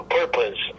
purpose